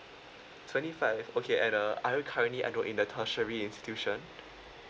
twenty five okay and uh are currently enrolled in the tertiary institution